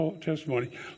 testimony